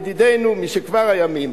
ידידנו משכבר הימים.